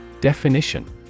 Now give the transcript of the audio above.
Definition